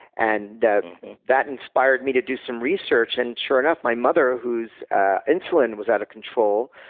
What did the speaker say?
and that that inspired me to do some research, and sure enough, my mother, whose ah insulin was out of control,